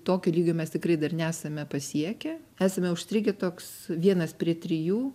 tokio lygio mes tikrai dar nesame pasiekę esame užstrigę toks vienas prie trijų